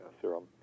serum